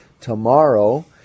tomorrow